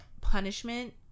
punishment